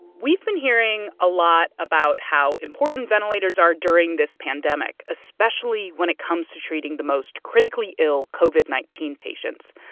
we've been hearing a lot about how important ventilators are during this pandemic, especially when it comes to treating the most critically ill covid nineteen patients.